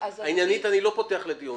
אני לא פותח לדיון.